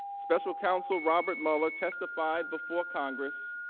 special counsel robert mueller testified before congress